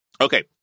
Okay